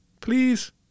Please